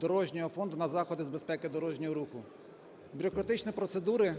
дорожнього фонду на заходи з безпеки дорожнього руху. Бюрократичні процедури